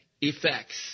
effects